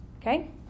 Okay